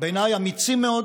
בעיניי אמיצים מאוד.